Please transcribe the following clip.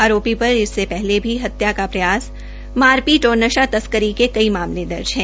आरोपी पर इससे पहले भी हत्या का प्रयास मारपीट और नशा तस्करी के कई मामले दर्ज है